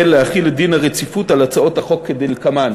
29640, מושב ראשון, מס' מ/446 חוב' כ', עמ'